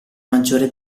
maggiore